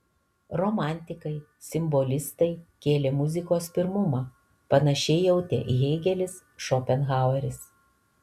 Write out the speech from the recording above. romantikai simbolistai kėlė muzikos pirmumą panašiai jautė hėgelis šopenhaueris